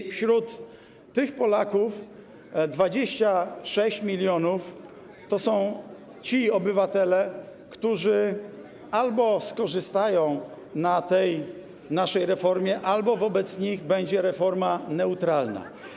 I wśród tych Polaków 26 mln to są ci obywatele, którzy albo skorzystają na tej naszej reformie, albo wobec nich reforma będzie neutralna.